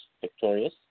victorious